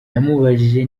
namubajije